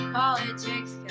politics